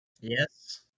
Yes